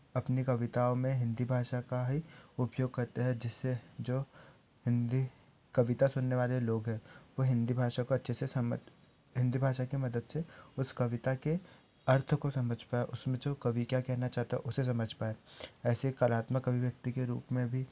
अपनी कविताओं में हिन्दी भाषा का ही उपयोग करते हैं जिससे जो हिन्दी कविता सुनने वाले लोग हैं वो हिन्दी भाषा को अच्छे से समझ हिन्दी भाषा के मदद से उस कविता के अर्थ को समझता है उसमें जो कवि क्या कहना चाहता है उसे समझ पाए ऐसे कलात्मक अभिव्यक्ति के रूप में भी